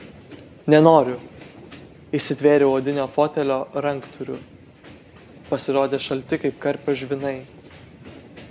nenoriu įsitvėriau odinio fotelio ranktūrių pasirodė šalti kaip karpio žvynai